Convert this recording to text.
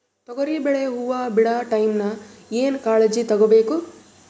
ತೊಗರಿಬೇಳೆ ಹೊವ ಬಿಡ ಟೈಮ್ ಏನ ಕಾಳಜಿ ತಗೋಬೇಕು?